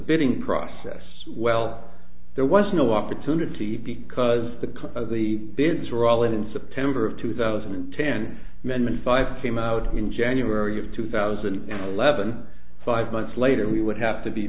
bidding process well there was no opportunity because of the bids were all in in september of two thousand and ten amendments five came out in january of two thousand and eleven five months later we would have to be